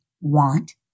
want